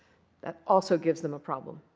that also gives them a problem.